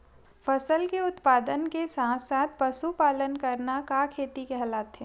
फसल के उत्पादन के साथ साथ पशुपालन करना का खेती कहलाथे?